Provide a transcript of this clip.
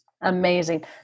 Amazing